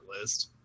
list